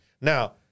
Now